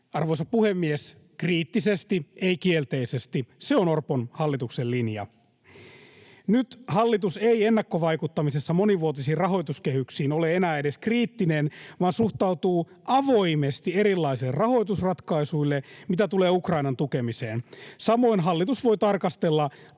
Arvoisa puhemies! Kriittisesti, ei kielteisesti — se on Orpon hallituksen linja. Nyt hallitus ei ennakkovaikuttamisessa monivuotisiin rahoituskehyksiin ole enää edes kriittinen vaan suhtautuu avoimesti erilaisille rahoitusratkaisuille, mitä tulee Ukrainan tukemiseen. Samoin hallitus voi tarkastella